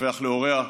לדווח להוריה,